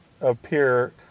appear